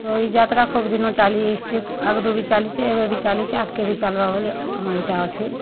ତ ଇ ଯାତ୍ରା ଖୋବ୍ ଦିନୁ ଚାଲି ଆସିଛେ ଆଗ୍ରୁ ବି ଚାଲିଛେ ଏବେ ବି ଚାଲିଛେ ଆଗ୍କେ ବି ଚାଲ୍ବା ବାଲି ଆମର୍ ଇଟା ଅଛେ